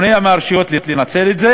מה שמונע מהרשויות לנצל את זה